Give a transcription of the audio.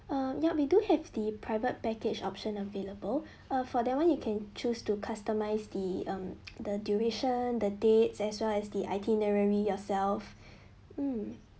uh yup we do have the private package option available uh for that one you can choose to customise the um the duration the dates as well as the itinerary yourself mm